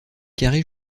carré